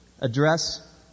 address